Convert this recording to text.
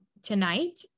tonight